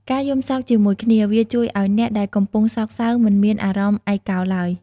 ការយំសោកជាមួយគ្នាវាជួយឱ្យអ្នកដែលកំពុងសោកសៅមិនមានអារម្មណ៍ឯកោឡើយ។